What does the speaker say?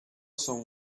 some